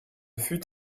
fut